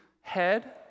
head